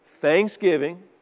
Thanksgiving